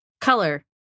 Color